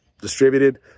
distributed